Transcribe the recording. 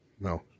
No